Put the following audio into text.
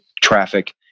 traffic